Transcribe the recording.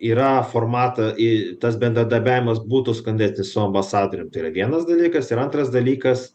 yra formatą į tas bendradarbiavimas būtų sukandėti su ambasadorium tai yra vienas dalykas ir antras dalykas